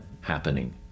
happening